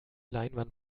leinwand